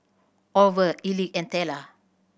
Orval Elick and Tella